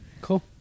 Cool